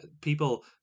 people